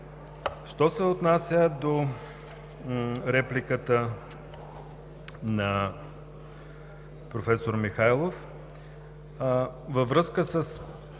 Що се отнася до репликата на професор Михайлов